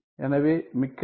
எனவே மிக்க நன்றி